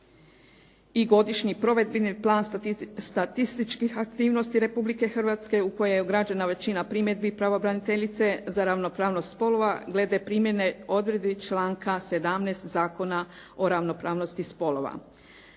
i godišnji provedbeni plan statističkih aktivnosti Republike Hrvatske u koje je ugrađena većina primjedbi pravobraniteljice za ravnopravnost spolova glede primjene odredbi članka 17. Zakona o ravnopravnosti spolova.